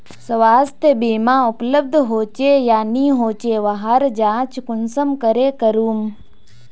स्वास्थ्य बीमा उपलब्ध होचे या नी होचे वहार जाँच कुंसम करे करूम?